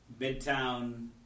Midtown